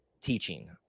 teaching